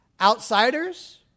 Outsiders